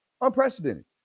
Unprecedented